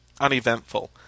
uneventful